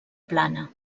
plana